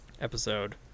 episode